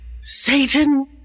Satan